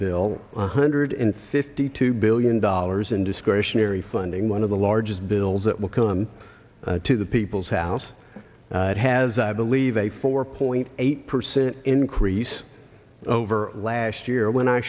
bill one hundred and fifty two billion dollars in discretionary funding one of the largest bills that will come to the people's house it has i believe a four point eight percent increase over last year when i